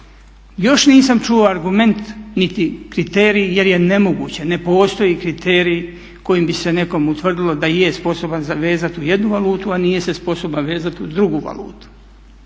Još nisam čuo argument niti kriterij jer je nemoguće, ne postoji kriterij kojim bi se nekome utvrdilo da je sposoban vezati u jednu valutu a nije se sposoban vezati uz drugu valutu.